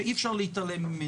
שאי-אפשר להתעלם ממנה: